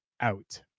out